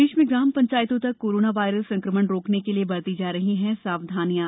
प्रदेश में ग्राम पंचायतों तक कोरोना वायरस संक्रमण रोकने के लिये बरती जा रही हैं सावधानियां